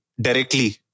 directly